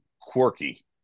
quirky